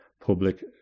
public